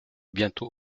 bientôt